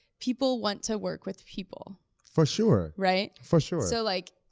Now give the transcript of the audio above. people want to work with people. for sure. right? for sure. so like,